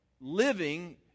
living